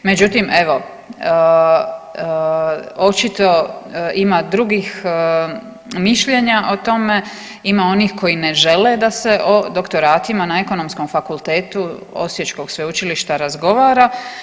Međutim, evo očito ima drugih mišljenja o tome, ima onih koji ne žele da se o doktoratima na Ekonomskom fakultetu osječkog sveučilišta razgovara.